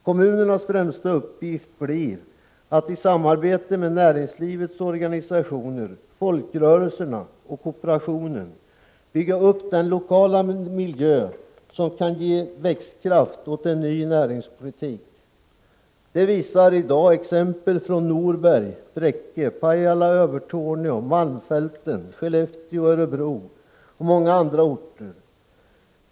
Kommunernas främsta uppgift blir att i samarbete med näringslivets organisationer, folkrörelserna och kooperationen bygga upp den lokala miljö som kan ge växtkraft åt en ny näringspolitik. Det visar i dag exempel från Norberg, Bräcke, Pajala, Övertorneå, malmfälten, Skellefteå, Örebro och från många andra håll.